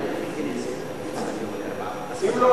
אם לא,